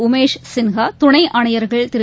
உமேஷ் சின்ஹா துணை ஆணையர்கள் திரு